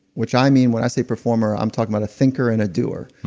which i mean when i say performer, i'm talking about a thinker and a doer.